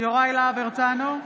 יוראי להב הרצנו,